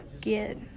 get